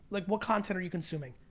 like what content are you consuming?